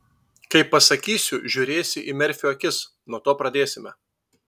kai pasakysiu žiūrėsi į merfio akis nuo to pradėsime